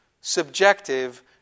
subjective